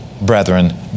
brethren